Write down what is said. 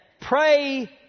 pray